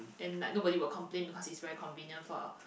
and like nobody will complain because it's very convenient for